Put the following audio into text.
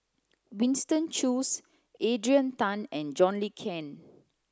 Winston Choos Adrian Tan and John Le Cain